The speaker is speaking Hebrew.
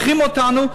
מחרים אותנו,